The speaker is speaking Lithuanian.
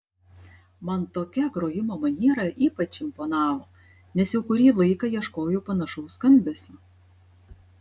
man tokia grojimo maniera ypač imponavo nes jau kurį laiką ieškojau panašaus skambesio